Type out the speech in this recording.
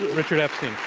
richard epstein.